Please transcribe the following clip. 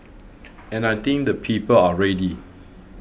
and I think the people are ready